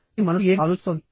మీ మనసు ఏమి ఆలోచిస్తోంది